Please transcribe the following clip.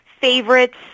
favorites